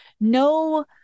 no